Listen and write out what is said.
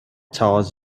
towers